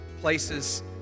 places